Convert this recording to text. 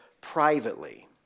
privately